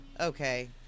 Okay